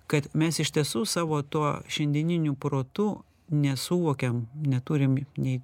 kad mes iš tiesų savo tuo šiandieninių protu nesuvokiam neturim nei